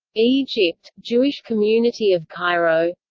egypt jewish community of cairo